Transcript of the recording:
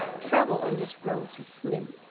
travel on these roads is slim